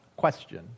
question